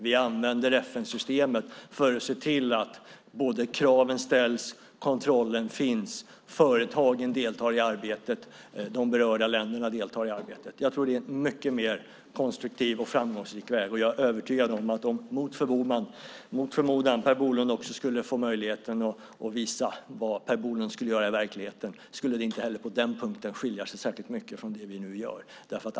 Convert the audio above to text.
Vi använder FN-systemet för att se till att kraven ställs, att kontrollen finns, att företagen deltar i arbetet och att också berörda länder deltar i arbetet. Jag tror att det är en mycket mer konstruktiv och framgångsrik väg och är övertygad om att det, om Per Bolund mot förmodan fick möjlighet att visa vad han i verkligheten skulle göra, inte heller på den punkten skulle skilja sig särskilt mycket från det vi gör.